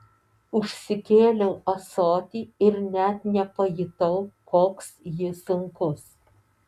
užsikėliau ąsotį ir net nepajutau koks jis sunkus